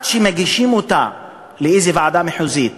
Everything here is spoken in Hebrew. מאז שמגישים אותה לוועדה מחוזית